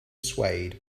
swayed